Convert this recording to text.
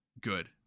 good